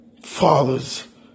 fathers